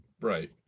Right